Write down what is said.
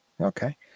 Okay